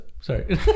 Sorry